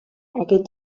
aquest